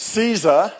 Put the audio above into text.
Caesar